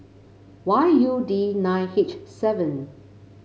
Y U D nine H seven